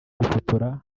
gufotora